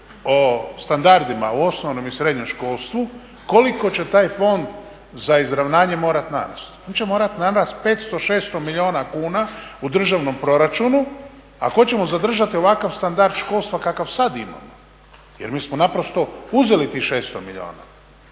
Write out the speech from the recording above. o standardima u osnovnom i srednjem školstvu koliko će taj Fond za izravnanje morati narasti. On će morati narasti 500, 600 milijuna kuna u državnom proračunu ako hoćemo zadržati ovakav standard školstva kakav sad imamo. Jer mi smo naprosto uzeli tih 600 milijuna.